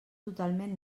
totalment